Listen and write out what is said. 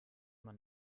man